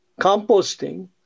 composting